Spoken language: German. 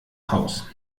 haus